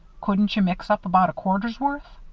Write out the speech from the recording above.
couldn't you mix up about a quarter's worth?